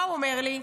מה הוא אומר לי?